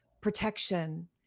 protection